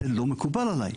זה לא מקובל עליי,